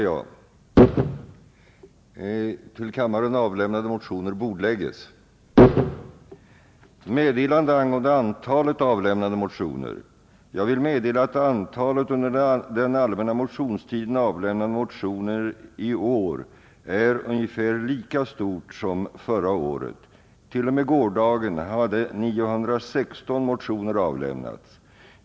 Jag vill meddela att antalet under den allmänna motionstiden avlämnade motioner i år är ungefär lika stort som förra året. T. o. m. gårdagen hade 916 motioner avlämnats.